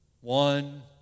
One